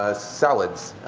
ah salads,